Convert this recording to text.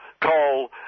Coal